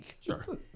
sure